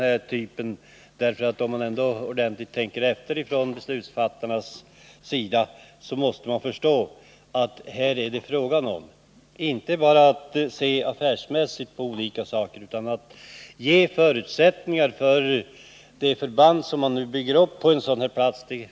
Om beslutsfattarna tänker efter ordentligt, måste de ändå förstå att man inte bara kan se affärsmässigt på olika förhållanden utan också måste ge ett förband som man bygger upp på en sådan här ort riktiga förutsättningar.